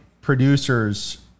producers